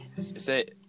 say